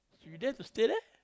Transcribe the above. you dare to stay there